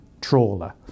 trawler